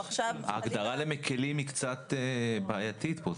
ההגדרה ל"מקלים" היא קצת בעייתית פה.